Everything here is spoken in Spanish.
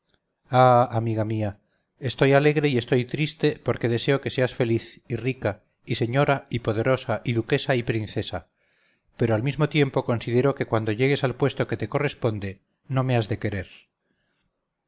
amiga mía estoy alegre y estoy triste porque deseo que seas feliz y rica y señora y poderosa y duquesa y princesa pero al mismo tiempo considero que cuando llegues al puesto que te corresponde no me has de querer